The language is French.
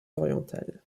orientales